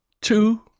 two